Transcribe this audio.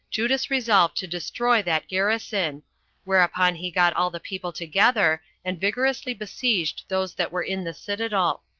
judas resolved to destroy that garrison whereupon he got all the people together, and vigorously besieged those that were in the citadel.